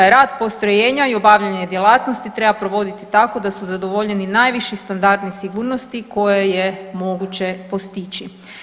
Rad postrojenja i obavljanje djelatnosti treba provoditi tako da su zadovoljeni najviši standardi sigurnosti koje je moguće postići.